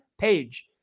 page